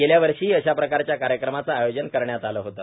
गेल्यावर्षीही अशा प्रकारच्या कार्यक्रमाचं आयोजन करण्यात आलं होतं